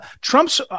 Trump's